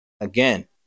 Again